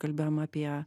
kalbėjom apie